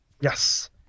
Yes